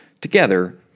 together